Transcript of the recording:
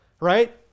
right